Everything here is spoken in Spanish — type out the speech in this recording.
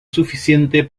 suficiente